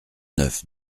neuf